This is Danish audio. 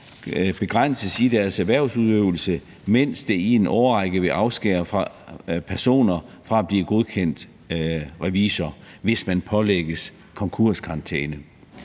begrænses i deres erhvervsudøvelse, mens det i en årrække vil afskære personer fra at blive godkendt revisor, hvis man pålægges konkurskarantæne.